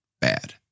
bad